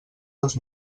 dos